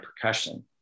percussion